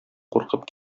куркып